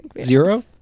Zero